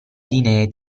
linee